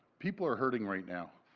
people are hurting right now.